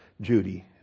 Judy